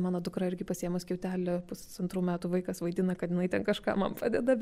mano dukra irgi pasiima skiautelę pusantrų metų vaikas vaidina kad jinai ten kažką man padeda